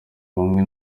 bamwe